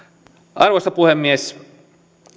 arvoisa puhemies